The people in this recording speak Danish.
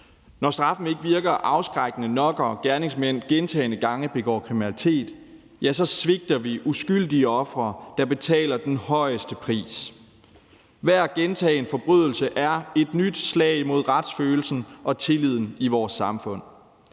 Når straffen ikke virker afskrækkende nok og gerningsmænd gentagne gange begår kriminalitet, svigter vi uskyldige ofre, der betaler den højeste pris. Hver gentagen forbrydelse er et nyt slag mod retsfølelsen og tilliden i vores samfund.